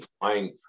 flying